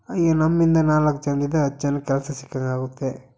ಹಾಗೇ ನಮ್ಮಿಂದ ನಾಲ್ಕು ಜನಿಂದ ಹತ್ತು ಜನಕ್ಕೆ ಕೆಲಸ ಸಿಕ್ಕಿದಂಗಾಗುತ್ತೆ